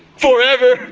forever!